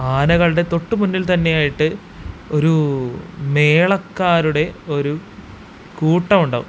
ആനകളുടെ തൊട്ടു മുന്നില്ത്തന്നെയായിട്ട് ഒരു മേളക്കാരുടെ ഒരു കൂട്ടമുണ്ടാവും